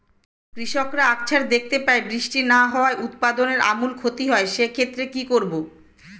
কৃষকরা আকছার দেখতে পায় বৃষ্টি না হওয়ায় উৎপাদনের আমূল ক্ষতি হয়, সে ক্ষেত্রে কি করব?